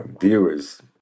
viewers